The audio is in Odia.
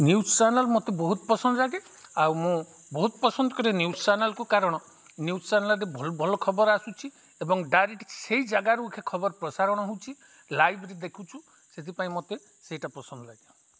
ନ୍ୟୁଜ୍ ଚ୍ୟାନେଲ୍ ମୋତେ ବହୁତ ପସନ୍ଦ ଲାଗେ ଆଉ ମୁଁ ବହୁତ ପସନ୍ଦ କରେ ନ୍ୟୁଜ୍ ଚ୍ୟାନେଲ୍କୁ କାରଣ ନ୍ୟୁଜ୍ ଚ୍ୟାନେଲ୍ରେ ଭଲ ଭଲ ଖବର ଆସୁଛି ଏବଂ ଡାଇରେକ୍ଟ ସେଇ ଜାଗାରୁ ଖବର ପ୍ରସାରଣ ହେଉଛି ଲାଇଭ୍ରେ ଦେଖୁଛୁ ସେଥିପାଇଁ ମୋତେ ସେଇଟା ପସନ୍ଦ ଲାଗେ